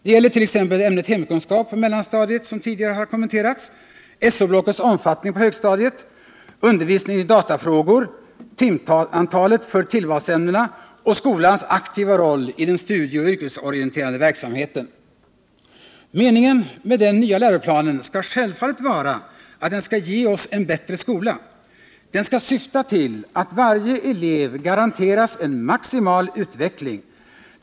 Det gäller t.ex. ämnet hemkunskap på mellanstadiet, som tidigare talare kommenterat, so-blockets omfattning på högstadiet, undervisningen i datafrågor, timantalet för tillvalsämnena och skolans aktiva roll i den studieoch yrkesorienterande verksamheten. Meningen med den nya läroplanen skall självfallet vara ati den skall ge oss en bättre skola. Den skall syfta till att varje elev garanteras en maximal utveckling.